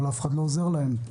ואף אחד לא עוזר להם,